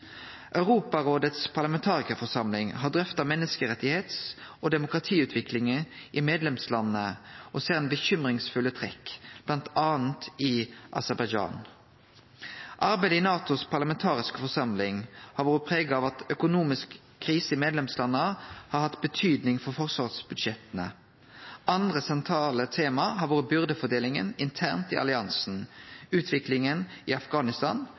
Europarådets parlamentarikarforsamling har drøfta menneskeretts- og demokratiutviklinga i medlemslanda og ser ein del urovekkjande trekk, bl.a. i Aserbajdsjan. Arbeidet i NATOs parlamentarikarforsamling har vore prega av at økonomisk krise i medlemslanda har hatt betydning for forsvarsbudsjetta. Andre sentrale tema har vore byrdefordelinga internt i alliansen, utviklinga i